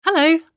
Hello